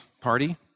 party